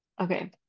Okay